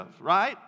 right